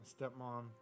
stepmom